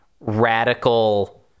radical